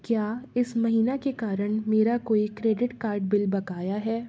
क्या इस महीना के कारण मेरा कोई क्रेडिट कार्ड बिल बकाया है